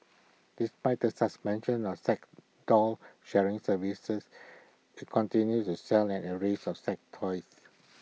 despite the suspension of sex doll sharing services IT continues to sell an arrays of sex toys